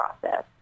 process